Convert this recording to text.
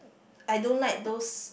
I don't like those